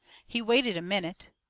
he waited a minute.